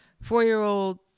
four-year-old